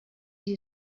you